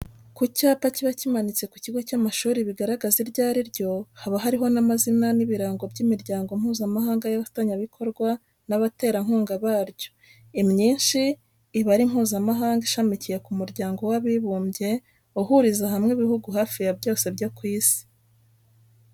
Ku cyapa kiba kimanitse ku kigo cy'amashuri bigaragaza iryo ari ryo, haba hariho n'amazina n'ibirango by'imiryango mpuzamahanga y'abafatanyabikorwa n'abaterankunga baryo; imyinshi iba ari mpuzamahanga ishamikiye ku muryango w'abibumbye, uhuriza hamwe ibihugu hafi ya byose byo ku isi.